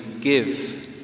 give